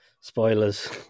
spoilers